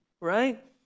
right